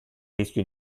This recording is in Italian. rischio